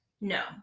No